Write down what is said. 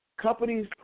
Companies